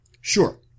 Sure